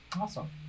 Awesome